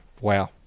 wow